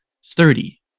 sturdy